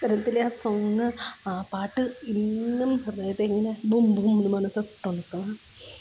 നന്ദനത്തിലെ ആ സോങ്ങ് ആ പാട്ട് ഇന്നും ഹൃദയത്തെ ഇങ്ങനെ ബും ബും ന്ന് പറഞ്ഞ് തൊട്ടുണർത്തും